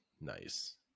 nice